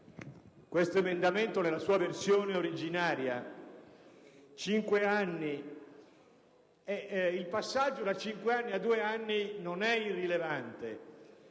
questo emendamento nella sua versione originaria, il passaggio da cinque anni a due anni non è irrilevante.